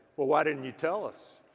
well why didn't you tell us?